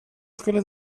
skulle